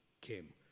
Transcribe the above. came